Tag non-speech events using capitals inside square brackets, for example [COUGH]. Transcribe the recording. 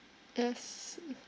yes [NOISE]